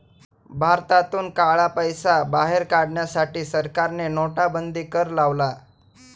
भारतातून काळा पैसा बाहेर काढण्यासाठी सरकारने नोटाबंदी कर लावला